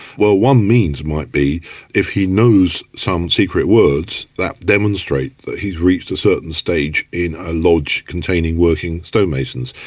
well one means might be if he knows some secret words that demonstrate that he's reached a certain stage in a lodge containing working stonemasons.